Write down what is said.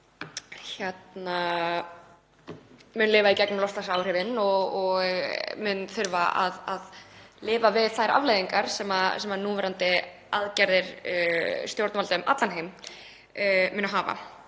sem mun lifa í gegnum loftslagsáhrifin og mun þurfa að lifa við þær afleiðingar sem núverandi aðgerðir stjórnvalda um allan heim munu hafa.